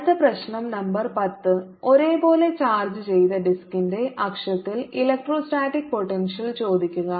അടുത്ത പ്രശ്നo നമ്പർ 10 ഒരേപോലെ ചാർജ്ജ് ചെയ്ത ഡിസ്കിന്റെ അക്ഷത്തിൽ ഇലക്ട്രോസ്റ്റാറ്റിക് പോട്ടെൻഷ്യൽ ചോദിക്കുക